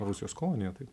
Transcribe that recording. rusijos kolonija taip